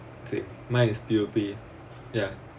mine is still o~ ya